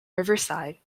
riverside